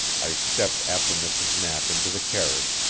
i stepped after mrs. knapp into the carriage,